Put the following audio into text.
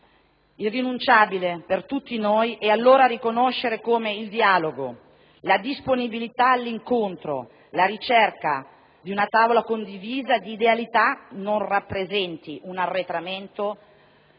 Irrinunciabile per tutti noi è allora riconoscere come il dialogo, la disponibilità all'incontro, la ricerca di una tavola condivisa di idealità non rappresentino un arretramento